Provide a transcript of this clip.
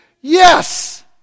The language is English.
Yes